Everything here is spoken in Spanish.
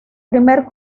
primer